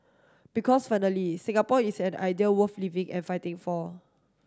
because finally Singapore is an idea worth living and fighting for